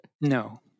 No